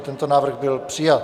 Tento návrh byl přijat.